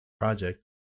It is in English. project